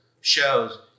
shows